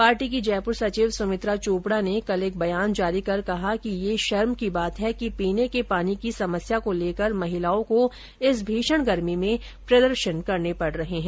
party की जयपुर सचिव सुमित्रा चौपड़ा ने कल एक बयान जारी कर कहा कि यह शर्म की बात है कि पीने के पानी की समस्या को लेकर महिलाओं को इस भीषण गर्मी में प्रदर्शन करने पड़ रहे हैं